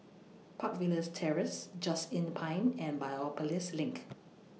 Park Villas Terrace Just Inn Pine and Biopolis LINK